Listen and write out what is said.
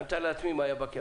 אני מתאר לעצמי מה היה.